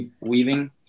weaving